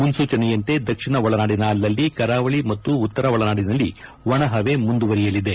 ಮುನ್ಲೂಚನೆಯಂತೆ ದಕ್ಷಿಣ ಒಳನಾಡಿನ ಅಲ್ಲಲ್ಲಿ ಕರಾವಳ ಮತ್ತು ಉತ್ತರ ಒಳನಾಡಿನಲ್ಲಿ ಒಣಹವೆ ಮುಂದುವರೆಯಲಿದೆ